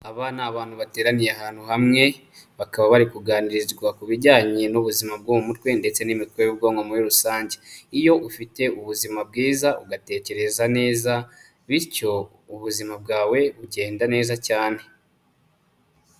Aba ni abantu bateraniye ahantu hamwe, bakaba bari kuganirizwa ku bijyanye n'ubuzima bwo mu mutwe ndetse n'imikorere y'ubwonko muri rusange, iyo ufite ubuzima bwiza ugatekereza neza bityo ubuzima bwawe bugenda neza cyane.